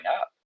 up